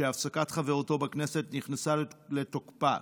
שהפסקת חברותו בכנסת נכנסה לתוקפה